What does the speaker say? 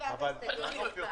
עובד המועסק אצל שניים,